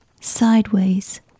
sideways